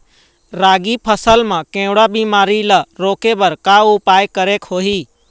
रागी फसल मा केवड़ा बीमारी ला रोके बर का उपाय करेक होही?